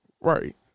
Right